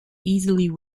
easily